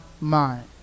mind